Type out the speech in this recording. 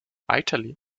italy